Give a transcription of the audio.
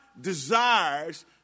desires